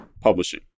publishing